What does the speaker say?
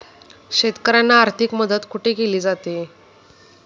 शेतकऱ्यांना आर्थिक मदत कुठे केली जाते?